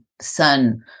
son